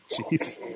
Jeez